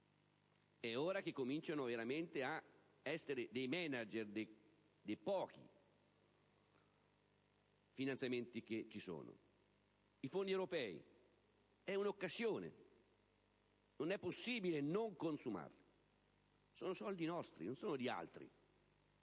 È ora che comincino veramente ad essere *manager* dei pochi finanziamenti che ci sono. I fondi europei, ad esempio, sono un'occasione. Non è possibile non consumarli. Sono soldi nostri, non di altri.